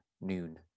noon